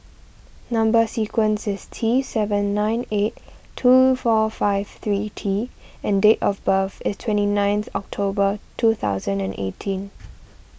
Number Sequence is T seven nine eight two four five three T and date of birth is twenty ninth October twenty eighteen